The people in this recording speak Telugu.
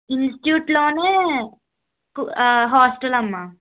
ఇన్స్టిట్యూట్ లోనే హాస్టల్ అమ్మ